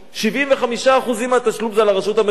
75% מהתשלום הם על הרשות המקומית,